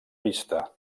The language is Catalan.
vista